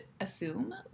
assume